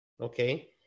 okay